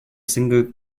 single